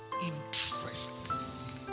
interests